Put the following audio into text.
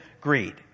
greed